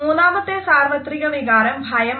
മൂന്നാമത്തെ സാർവത്രിക വികാരം ഭയമാണ്